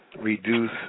reduce